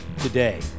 today